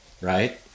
Right